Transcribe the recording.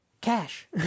cash